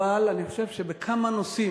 אבל אני חושב שבכמה נושאים,